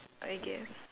I guess